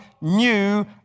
new